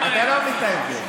אתה לא מבין את ההבדל.